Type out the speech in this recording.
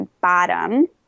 bottom